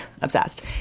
obsessed